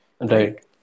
right